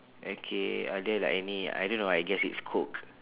okay are there like any I don't know I guess it's coke